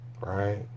Right